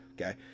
Okay